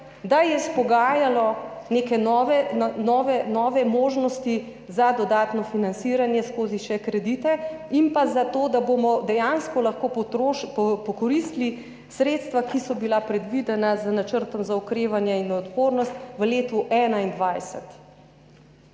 da je izpogajalo neke nove možnosti za dodatno financiranje še skozi kredite in za to, da bomo dejansko lahko izkoristili sredstva, ki so bila predvidena v Načrtu za okrevanje in odpornost v letu 2021.